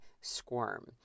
squirm